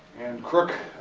and crook,